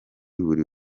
buri